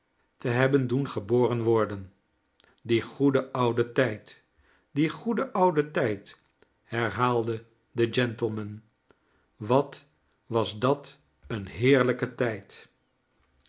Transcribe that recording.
te hebben doen geboren worden die goede oude tijd die goede oude tijd herhaalde de gentleman wat was dat een heerlijke tijd